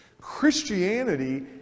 Christianity